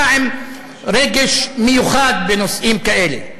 אתה עם רגש מיוחד בנושאים כאלה,